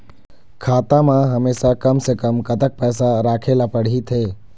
खाता मा हमेशा कम से कम कतक पैसा राखेला पड़ही थे?